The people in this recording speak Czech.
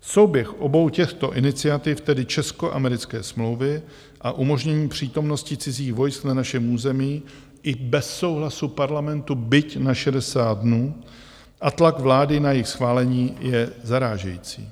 Souběh obou těchto iniciativ, tedy českoamerické smlouvy a umožnění přítomnosti cizích vojsk na našem území i bez souhlasu Parlamentu, byť na 60 dnů, a tlak vlády na jejich schválení je zarážející.